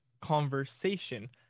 conversation